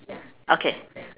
okay